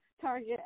target